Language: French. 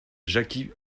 jackie